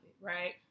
right